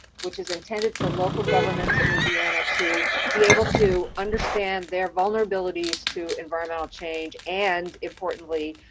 which is intended for local governments in indiana to be able to understand their vulnerabilities to environmental change and importantly,